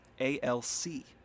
A-L-C